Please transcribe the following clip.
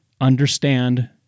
understand